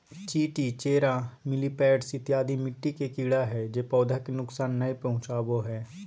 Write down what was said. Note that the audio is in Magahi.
चींटी, चेरा, मिलिपैड्स इत्यादि मिट्टी के कीड़ा हय जे पौधा के नुकसान नय पहुंचाबो हय